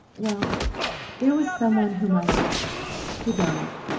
well there was some one whom i loved who died.